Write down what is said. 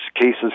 cases